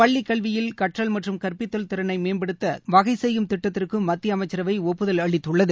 பள்ளி கல்வியில் கற்றல் மற்றும் கற்பித்தல் திறனை மேம்படுத்த வகை செய்யும் திட்டத்திற்கும் மத்திய அமைச்சரவை ஒப்புதல் அளித்துள்ளது